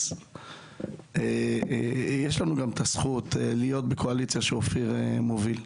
אז יש לנו גם את הזכות להיות בקואליציה שאופיר מוביל.